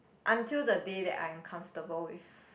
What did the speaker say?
until the day that I am comfortable with